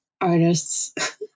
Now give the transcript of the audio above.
artists